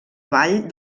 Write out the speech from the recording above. ball